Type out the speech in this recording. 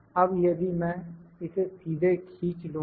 अब यदि मैं इसे सीधे खींच लूँगा